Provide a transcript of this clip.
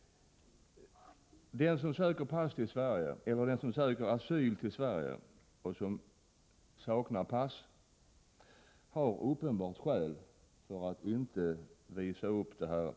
De som söker asyl i Sverige utan att visa upp pass har uppenbarligen skäl för att inte visa passet.